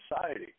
society